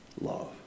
love